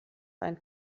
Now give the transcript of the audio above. einen